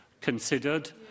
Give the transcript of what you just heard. considered